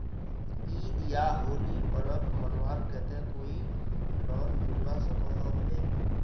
ईद या होली पर्व मनवार केते कोई लोन मिलवा सकोहो होबे?